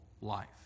life